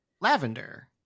Lavender